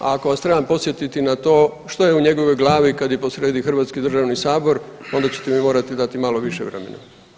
A ako vas trebam podsjetiti na to što je u njegovoj glavi kad je posrijedi Hrvatski državni sabor onda ćete mi morati dati malo više vremena.